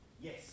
Yes